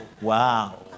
wow